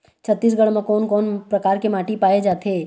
छत्तीसगढ़ म कोन कौन प्रकार के माटी पाए जाथे?